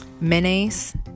Mayonnaise